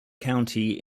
county